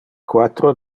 quatro